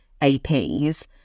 APs